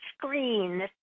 screen